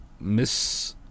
miss